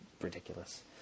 ridiculous